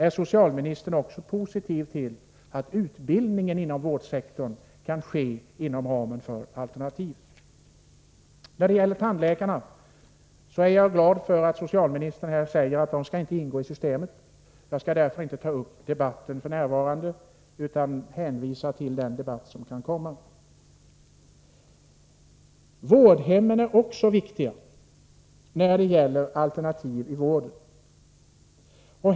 Är socialministern positiv också till att utbildningen inom vårdsektorn kan ske inom ramen för alternativ? När det gäller tandläkarna är jag glad att socialministern säger att de inte skall ingå i systemet. Jag skall därför inte nu ta upp debatten om dem utan hänvisar till den debatt som kan komma. Vårdhemmen är också viktiga när det gäller alternativ i vården.